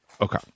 okay